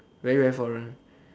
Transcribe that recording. very very foreign